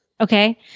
Okay